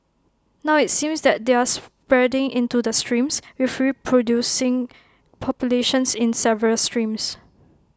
now IT seems that they're spreading into the streams with reproducing populations in several streams